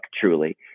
truly